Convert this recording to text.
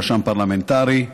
רשם פרלמנטרי,